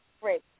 Great